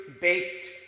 baked